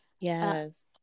Yes